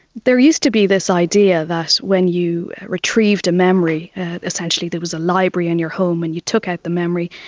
there used to be this idea that when you retrieved a memory essentially there was a library in your home and you took out the memory,